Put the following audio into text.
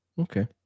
Okay